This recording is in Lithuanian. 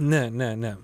ne ne ne